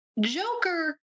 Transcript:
Joker